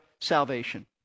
salvation